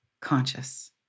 conscious